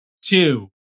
two